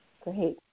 Great